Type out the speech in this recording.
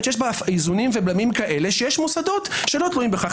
שיש בה איזונים ובלמים כאלה שיש מוסדות שלא תלויים בכך?